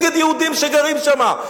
נגד יהודים שגרים שם,